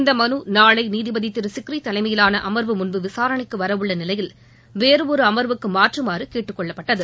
இந்த மனு நாளை நீதிபதி திரு சிக்ரி தலைமையிலான அமர்வு முன் விசாரணைக்கு வரவுள்ள நிலையில் வேறு ஒரு அமர்வுக்கு மாற்றுமாறு கேட்டுக்கொள்ளப்பட்டது